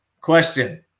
question